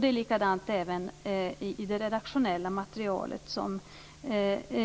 Det är likadant även i det redaktionella materialet som